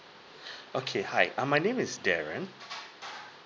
okay hi uh my name is darren